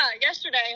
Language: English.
yesterday